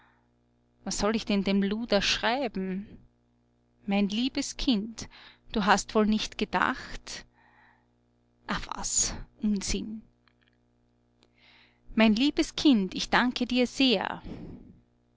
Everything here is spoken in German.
was soll ich denn dem luder schreiben mein liebes kind du hast wohl nicht gedacht ah was unsinn mein liebes kind ich danke dir sehr